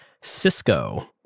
Cisco